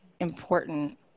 important